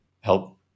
help